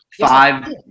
five